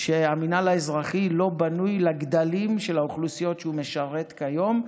שהמינהל האזרחי לא בנוי לגדלים של האוכלוסיות שהוא משרת כיום.